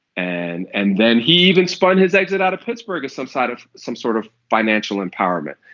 and and then he even spun his exit out of pittsburgh as some sign of some sort of financial empowerment.